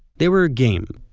they were game.